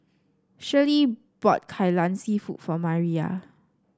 Shirlie bought Kai Lan seafood for Mariyah